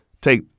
take